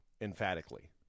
emphatically